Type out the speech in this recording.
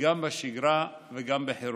גם בשגרה וגם בחירום.